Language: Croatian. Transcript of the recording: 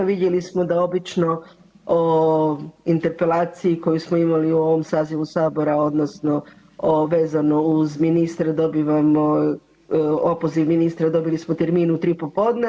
Vidjeli smo da obično o interpelaciji koju smo imali u ovom sazivu Sabora odnosno vezano uz ministre dobivamo, opoziv ministra dobili smo termin u tri popodne.